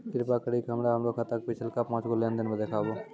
कृपा करि के हमरा हमरो खाता के पिछलका पांच गो लेन देन देखाबो